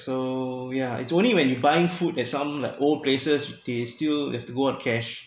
so yeah it's only when you buying food at some like old places they still have to go on cash